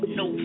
no